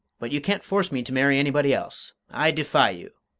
but you can't force me to marry anybody else. i defy you!